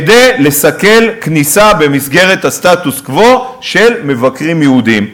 כדי לסכל כניסה במסגרת הסטטוס-קוו של מבקרים יהודים.